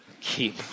Keep